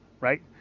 right